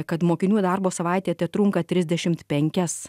kad mokinių darbo savaitė tetrunka trisdešimt penkias